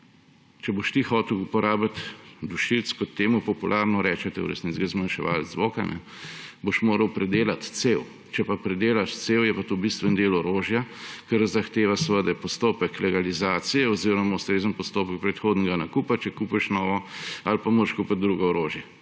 Če boš ti hotel uporabiti dušilec, kot temu popularno rečete, v resnici je zmanjševalec zvoka, boš moral predelati cev. Če pa predelaš cev, je pa to bistven del orožja, kar zahteva postopek legalizacije oziroma ustrezen postopek predhodnega nakupa, če kupiš novo, ali pa moraš kupit drugo orožje,